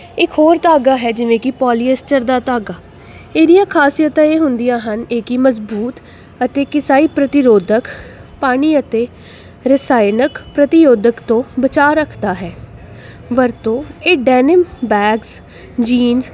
ਇੱਕ ਹੋਰ ਧਾਗਾ ਹੈ ਜਿਵੇਂ ਕੀ ਪੋਲੀਏਸਟਰ ਦਾ ਧਾਗਾ ਇਹਦੀਆਂ ਖ਼ਾਸੀਅਤਾਂ ਇਹ ਹੁੰਦੀਆਂ ਹਨ ਇਹ ਕਿ ਮਜ਼ਬੂਤ ਅਤੇ ਕਿਸਾਈ ਪ੍ਰਤੀਰੋਧਕ ਪਾਣੀ ਅਤੇ ਰਸਾਇਣਕ ਪ੍ਰਤੀਰੋਧਕ ਤੋਂ ਬਚਾ ਰੱਖਦਾ ਹੈ ਵਰਤੋਂ ਇਹ ਡੈਨੀਮ ਬੈਗਸ ਜੀਨਜ